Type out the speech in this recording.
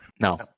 No